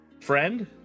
friend